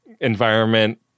environment